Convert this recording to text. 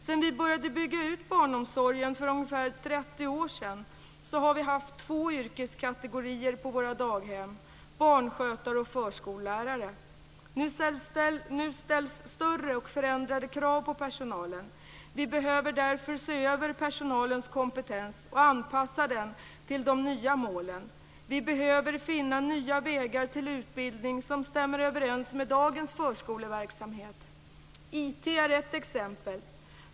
Sedan vi började bygga ut barnomsorgen för ungefär 30 år sedan har vi haft två yrkeskategorier på våra daghem, barnskötare och förskollärare. Nu ställs större och förändrade krav på personalen. Vi behöver därför se över personalens kompetens och anpassa den till de nya målen. Vi behöver finna nya vägar till utbildning som stämmer överens med dagens förskoleverksamhet. IT är ett exempel.